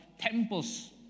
temples